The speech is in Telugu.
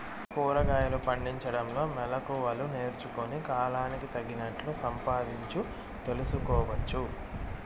కూరగాయలు పండించడంలో మెళకువలు నేర్చుకుని, కాలానికి తగినట్లు సంపాదించు తెలుసుకోవచ్చు